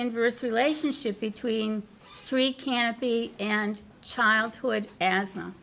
inverse relationship between three canopy and childhood a